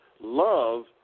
Love